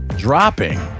Dropping